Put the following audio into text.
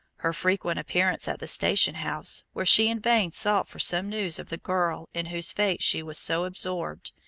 her frequent appearance at the station house, where she in vain sought for some news of the girl in whose fate she was so absorbed,